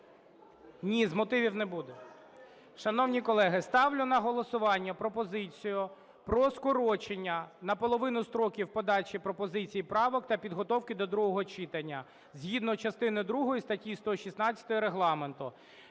Ні, з мотивів не буде. Шановні колеги, ставлю на голосування пропозицію про скорочення наполовину строків подачі пропозицій і правок та підготовки до другого читання, згідно частини другої статті 116 Регламенту.